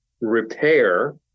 Repair